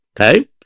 Okay